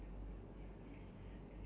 just for reading minds lah